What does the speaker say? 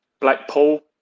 Blackpool